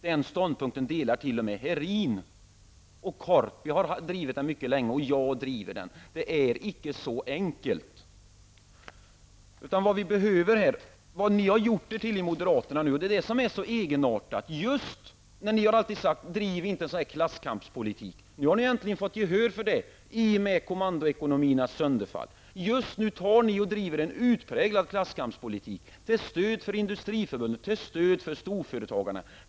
Den ståndpunkten delar t.o.m. Jan Herin, och Walter Korpi och jag har drivit den mycket länge. Det är inte så enkelt. Detta är mycket egenartat. Ni moderater har hela tiden sagt: Driv inte en klasskampspolitik. Nu har ni äntligen fått gehör för detta i och med kommandoekonomiernas sönderfall. Men just nu driver ni en utpräglad klasskampspolitik till stöd för Industriförbundet och storföretagarna.